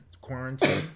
quarantine